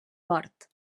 fort